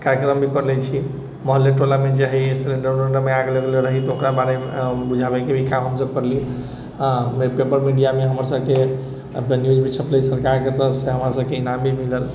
कार्यक्रम भी करले छिए मोहल्ले टोलामे जे हइ लॉकडाउनमे आगि लगलै रहै तऽ ओकरा बारेमे बुझाबैके भी काम हमसब करलियै हँ न्यूज पेपर मीडियामे हमर सबके न्यूज भी छपलै सरकारके तरफसँ हमरा सबके इनाम भी मिलल